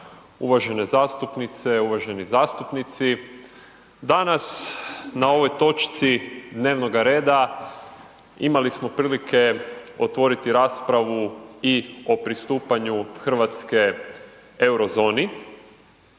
Uvažene zastupnice, uvaženi zastupnici danas na ovoj točci dnevnoga reda imali smo prilike otvoriti raspravu i o pristupanju Hrvatske euro zoni.